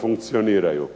funkcioniraju.